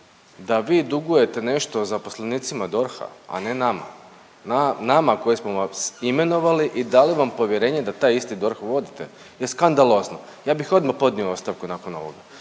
da vi dugujete nešto zaposlenicima DORH-a, a ne nama, nama koji smo vas imenovali i dali vam povjerenje da taj isti DORH vodite je skandalozno, ja bih odmah podnio ostavku nakon ovoga.